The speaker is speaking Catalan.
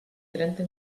trenta